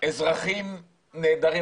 אזרחים נהדרים,